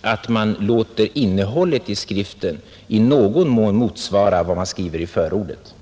att man låter innehållet i skriften i någon mån motsvara vad man skriver i förordet.